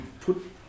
put